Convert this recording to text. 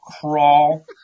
crawl